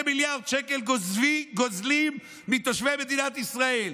15 מיליארד שקל גוזלים מתושבי מדינת ישראל.